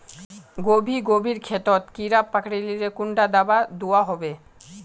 गोभी गोभिर खेतोत कीड़ा पकरिले कुंडा दाबा दुआहोबे?